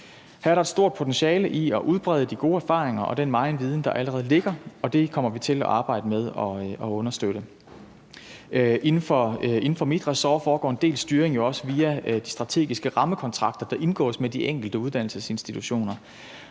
Her er der et stort potentiale for at udbrede de gode erfaringer og den megen viden, der allerede ligger, og det kommer vi til at arbejde med at understøtte. Inden for mit ressort foregår en del styring jo også via strategiske rammekontrakter, der indgås med de enkelte uddannelsesinstitutioner,